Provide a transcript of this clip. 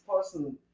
person